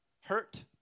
Hurt